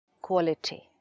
Quality